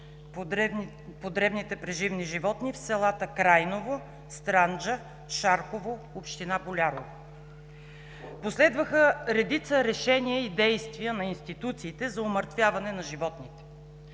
по дребните преживни животни в селата Крайново, Странджа, Шарково – община Болярово. Последваха редица решения и действия на институциите за умъртвяване на животните.